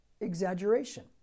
Exaggeration